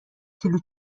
کیلو